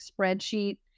spreadsheet